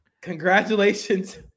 Congratulations